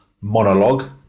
monologue